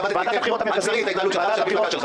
למדתי היטב על בשרי את ההתנהלות שלך ושל המפלגה שלך.